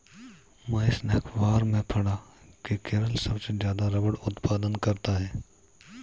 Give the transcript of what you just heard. महेश ने अखबार में पढ़ा की केरल सबसे ज्यादा रबड़ उत्पादन करता है